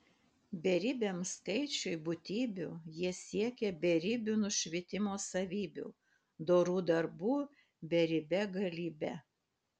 beribiam skaičiui būtybių jie siekia beribių nušvitimo savybių dorų darbų beribe galybe